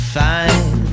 fine